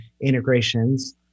integrations